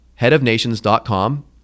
headofnations.com